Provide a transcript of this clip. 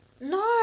No